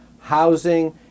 housing